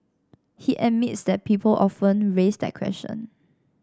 he admits that people often raise that question